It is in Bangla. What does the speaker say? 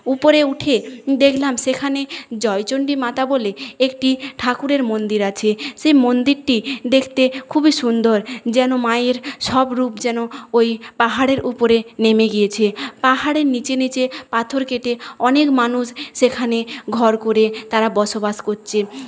উপরে উঠে দেখলাম সেখানে জয়চন্ডি মাতা বলে একটি ঠাকুরের মন্দির আছে সেই মন্দিরটি দেখতে খুবই সুন্দর যেন মায়ের সব রুপ যেন ওই পাহাড়ের উপরে নেমে গিয়েছে পাহাড়ের নীচে নীচে পাথর কেটে অনেক মানুষ সেখানে ঘর করে তারা বসবাস করছে